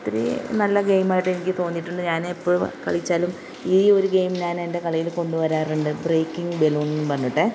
ഒത്തിരി നല്ല ഗെയിമായിട്ട് എനിക്ക് തോന്നിയിട്ടുണ്ട് ഞാൻ എപ്പം കളിച്ചാലും ഈ ഒരു ഗെയിം ഞാൻ എൻ്റെ കളിയിൽ കൊണ്ടു വരാറുണ്ട് ബ്രേക്കിങ്ങ് ബലൂൺ എ പറഞ്ഞിട്ട്